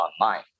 online